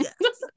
Yes